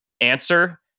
answer